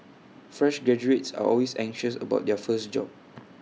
fresh graduates are always anxious about their first job